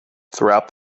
throughout